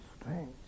strange